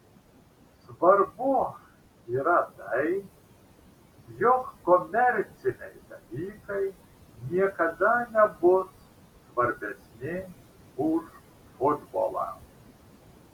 svarbu yra tai jog komerciniai dalykai niekada nebus svarbesni už futbolą